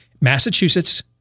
Massachusetts